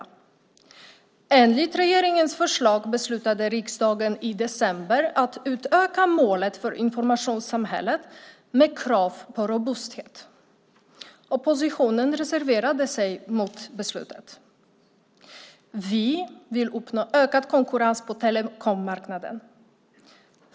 I enlighet med regeringens förslag beslutade riksdagen i december att utöka målet för informationssamhället med krav på robusthet. Oppositionen reserverade sig mot beslutet. Vi vill uppnå ökad konkurrens på telekommarknaden.